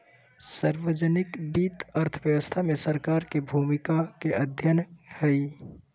सार्वजनिक वित्त अर्थव्यवस्था में सरकार के भूमिका के अध्ययन हइ